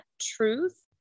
truth